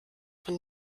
von